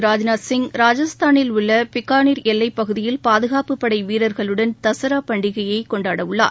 ராஜ்நாத் சிங் ராஜஸ்தானில் உள்ள பிகானிர் எல்லைப் பகுதியில் பாதுகாப்பு படை வீரர்களுடன் தசரா பண்டிகையை கொண்டாட உள்ளார்